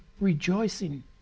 rejoicing